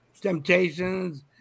temptations